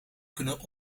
kunnen